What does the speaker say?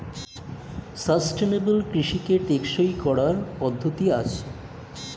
sustainable কৃষিকে টেকসই করার পদ্ধতি আছে